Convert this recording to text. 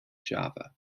java